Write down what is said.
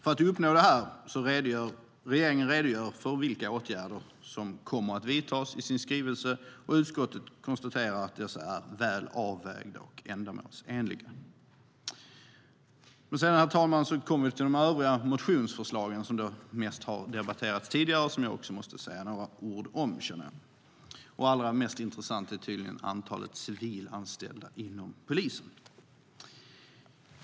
Regeringen redogör i sin skrivelse för vilka åtgärder för att uppnå detta som kommer att vidtas, och utskottet konstaterar att dessa är väl avvägda och ändamålsenliga. Men sedan, herr talman, kommer vi till de övriga motionsförslagen, som har debatterats tidigare och som också jag känner att jag måste säga några ord om. Allra mest intressant är tydligen antalet civilanställda inom polisen.